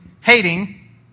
hating